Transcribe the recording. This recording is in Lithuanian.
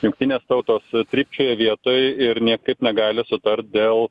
jungtinės tautos trypčioja vietoj ir niekaip negali sutart dėl